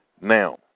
Now